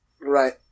Right